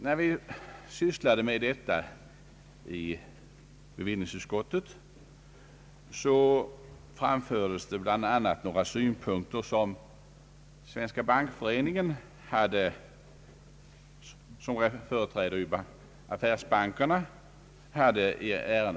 När vi behandlade detta ärende i bevillningsutskottet framfördes bland annat några synpunkter som Svenska bankföreningen, som ju företräder affärsbankerna, hade anfört.